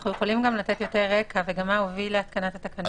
אנחנו יכולים לתת יותר רקע וגם מה הביא להתקנת התקנות האלה.